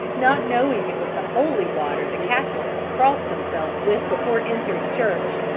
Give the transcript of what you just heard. not knowing it was the holy water the catholics cross themselves with before entering church.